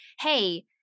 Hey